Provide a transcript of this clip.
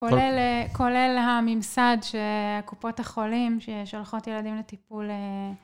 כולל הממסד, הקופות החולים, ששולחות ילדים לטיפול.